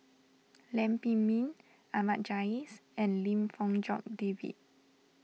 Lam Pin Min Ahmad Jais and Lim Fong Jock David